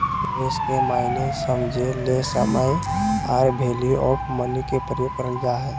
निवेश के मायने समझे ले समय आर वैल्यू ऑफ़ मनी के प्रयोग करल जा हय